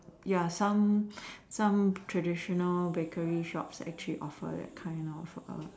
ya some some traditional bakery shops actually offer that kind of err